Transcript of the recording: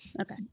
Okay